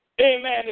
amen